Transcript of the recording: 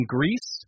Greece